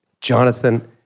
Jonathan